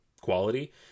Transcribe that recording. quality